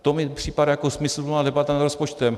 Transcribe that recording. To mi připadá jako smysluplná debata nad rozpočtem.